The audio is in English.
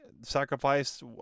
sacrifice